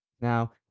Now